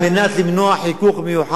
למנוע חיכוך מיותר.